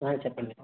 చెప్పండి